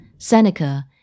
Seneca